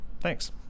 Thanks